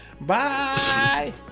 Bye